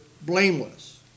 blameless